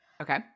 okay